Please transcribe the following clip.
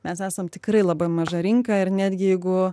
mes esam tikrai labai maža rinka ir netgi jeigu